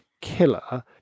killer